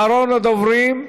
אחרון הדוברים,